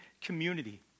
community